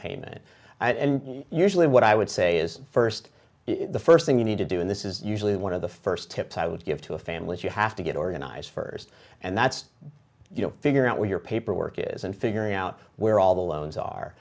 payment usually what i would say is first the first thing you need to do and this is usually one of the first tips i would give to a family is you have to get organized first and that's you know figure out where your paperwork is and figuring out where all the loans are